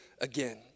again